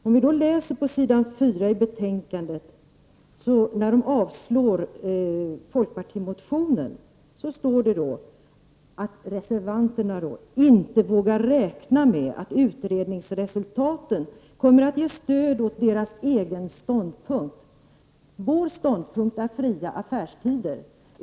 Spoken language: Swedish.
På s. 4 i betänkandet står det, i samband med att man säger att folkpartimotionen avstyrks, att ”de” — motionärerna — ”inte vågar räkna med att utredningsresultaten kommer att ge stöd åt deras egen ståndpunkt”. Vår ståndpunkt är att det skall vara fria affärstider.